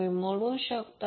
तुम्ही पुन्हा म्हणू शकता